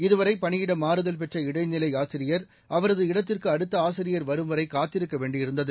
இதுவரை பணியிட மாறுதல் பெற்ற இடைநிலை ஆசிரியர் அவரது இடத்திற்கு அடுத்த ஆசிரியர் வரும் வரை காத்திருக்க வேண்டியிருந்தது